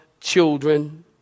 children